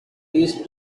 east